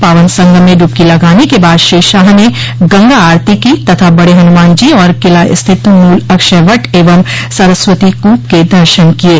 पावन संगम में डुबकी लगाने के बाद श्री शाह ने गंगा आरती की तथा बड़े हनुमान जी और किला स्थित मूल अक्षय वट एवं सरस्वती कूप के दर्शन किये